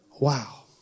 Wow